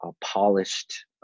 polished